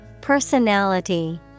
Personality